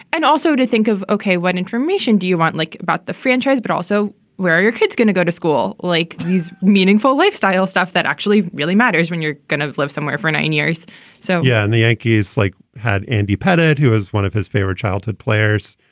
and also to think of, okay, what information do you want like about the franchise? but also where are your kids going to go to school like these meaningful lifestyle stuff that actually really matters when you're going to live somewhere for nine years so, yeah, and the yankees like had andy pettitte, who is one of his favorite childhood players,